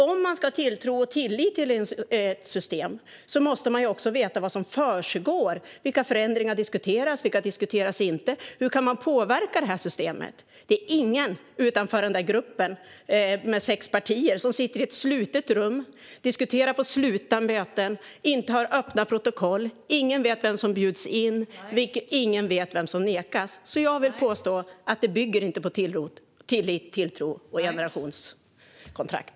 Om man ska ha tilltro och tillit till ett system måste man ju också veta vad som försiggår och vilka förändringar som diskuteras och inte diskuteras. Hur kan man påverka systemet? Nu sitter gruppen med sex partier i ett slutet rum, diskuterar på slutna möten och för inte öppna protokoll. Ingen vet vem som bjuds in och ingen vet vem som nekas. Jag vill påstå att systemet inte bygger på tillit, tilltro och generationskontrakt.